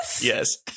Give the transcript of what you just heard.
Yes